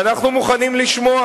ואנחנו מוכנים לשמוע.